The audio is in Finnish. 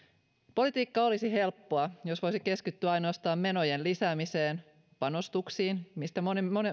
politiikka olisi helppoa jos voisi keskittyä ainoastaan menojen lisäämiseen panostuksiin mistä